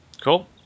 Cool